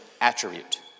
attribute